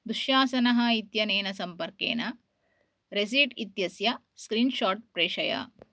दुःशासनः इत्यनेन सम्पर्केन रेसीट् इत्यस्य स्क्रीन्शाट् प्रेषय